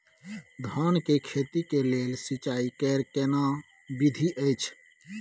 धान के खेती के लेल सिंचाई कैर केना विधी अछि?